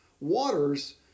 Waters